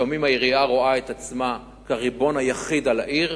לפעמים העירייה רואה את עצמה כריבון היחיד על העיר,